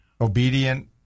obedient